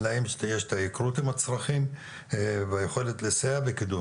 להם יש את ההיכרות עם הצרכים והיכולת לסייע בקידום.